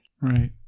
Right